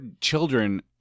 children